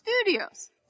Studios